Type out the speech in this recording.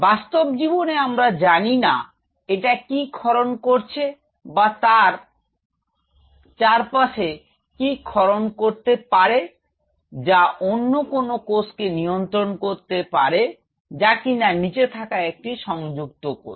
বাস্তব জীবনে আমরা জানি না এটা কি ক্ষরণ করছে বা তার চারপাশে কি ক্ষরণ করতে পারে যা অন্য কোনও কোষকে নিয়ন্ত্রন করতে পারে যা কিনা নীচে থাকা একটি সংযুক্ত কোষ